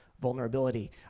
vulnerability